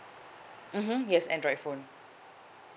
mmhmm yes android phone